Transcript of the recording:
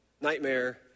Nightmare